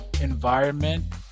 environment